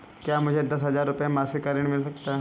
क्या मुझे दस हजार रुपये मासिक का ऋण मिल सकता है?